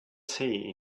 tea